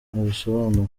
abisobanura